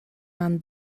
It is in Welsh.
man